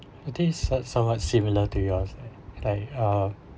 they some somewhat similar to yours like uh